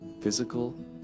physical